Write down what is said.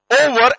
over